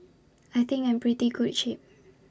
I think I'm in pretty good shape